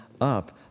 up